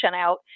out